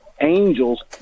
angels